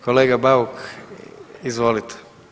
Kolega Bauk, izvolite.